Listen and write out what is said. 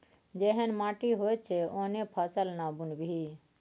जेहन माटि होइत छै ओहने फसल ना बुनबिही